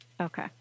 okay